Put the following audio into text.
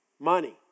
money